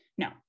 No